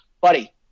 buddy